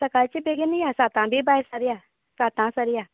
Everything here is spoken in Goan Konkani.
सकाळची बेगीन या आमी सातां बी भायर सरया साता सरया